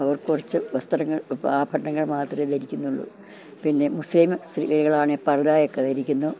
അവർ കുറച്ച് വസ്ത്രങ്ങൾ ഇപ്പാഭരണങ്ങൾ മാത്രമേ ധരിക്കുന്നുള്ളൂ പിന്നെ മുസ്ലിം സ്ത്രീകളാണേ പറുദയൊക്കെ ധരിക്കുന്നു